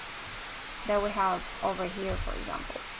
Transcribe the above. that we have over here, for example,